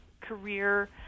career